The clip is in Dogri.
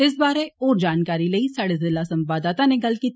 इस बारे होर जानकारी लेई साह्डे जिला संवाददाता नै गल्ल कीती